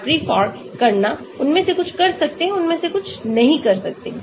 Hartree Fock गणना उनमें से कुछ कर सकते हैं उनमें से कुछ नहीं कर सकते